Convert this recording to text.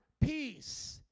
peace